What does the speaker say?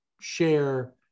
share